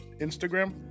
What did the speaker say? Instagram